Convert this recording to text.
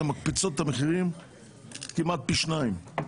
הן מקפיצות את המחירים כמעט פי שניים.